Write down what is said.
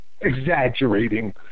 Exaggerating